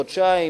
חודשיים,